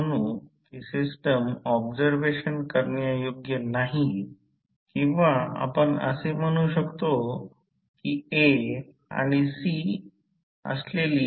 म्हणून हे समीकरण Re2 cos ∅2 XE2 sin ∅2 विभाजित V2I2 आम्ही लिहू शकतो आणि ते V2 I2 V2I2 Z B 2